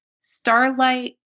Starlight